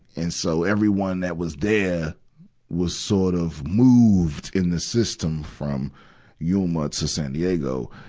and so, everyone that was there was sort of moved in the system from yuma to san diego.